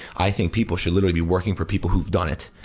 i think people should literally be working for people who've done it.